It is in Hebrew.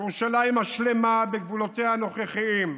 ירושלים השלמה בגבולותיה הנוכחיים,